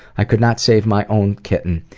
i could not save my own kitten,